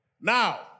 Now